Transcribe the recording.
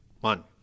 one